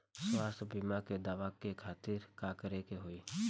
स्वास्थ्य बीमा के दावा करे के खातिर का करे के होई?